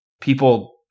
people